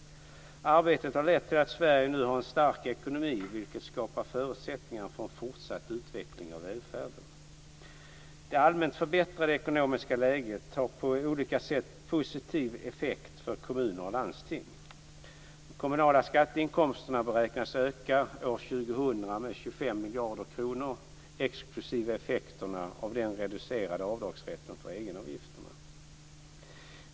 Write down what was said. Arbetet har lett till att Sverige nu har en stark ekonomi, vilket skapar förutsättningar för en fortsatt utveckling av välfärden. Det allmänt förbättrade ekonomiska läget har på olika sätt en positiv effekt för kommuner och landsting. De kommunala skatteinkomsterna beräknas öka år 2000 med 25 miljarder kronor exklusive effekterna av den reducerade avdragsrätten för egenavgifterna.